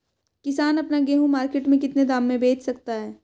किसान अपना गेहूँ मार्केट में कितने दाम में बेच सकता है?